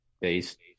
based